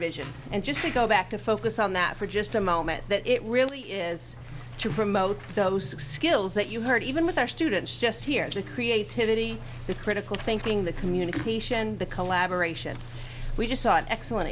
vision and just to go back to focus on that for just a moment that it really is to promote those skills that you heard even with our students just here actually creativity the critical thinking the communication the collaboration we just saw an excellent